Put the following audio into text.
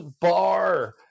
Bar